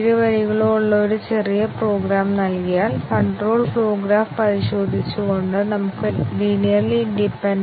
programme flow നിർണ്ണയിക്കുന്ന ഒന്നാണ് decision ഇത് കൺട്രോൾ ഫ്ലോ കോമ്പൌണ്ട് കണ്ടിഷന്റ്റെ ഫലം നിർണ്ണയിക്കുന്നു